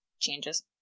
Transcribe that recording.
changes